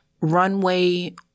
runway